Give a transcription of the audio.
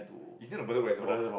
is near the Bedok Reservoir